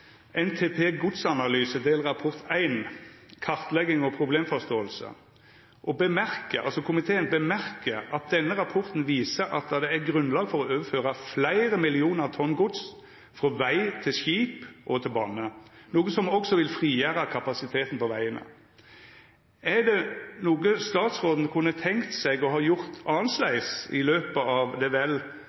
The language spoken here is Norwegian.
Godsanalyse, Delrapport 1, kartlegging og problemforståelse», og komiteen uttaler at denne rapporten viser at det er grunnlag for å overføra fleire millionar tonn gods frå veg til skip og til bane, noko som også vil frigjera kapasiteten på vegane. Er det noko statsråden kunne tenkt seg å ha gjort annleis i løpet av det vel